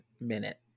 minute